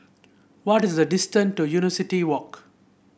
what is the distance to University Walk